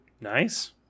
Nice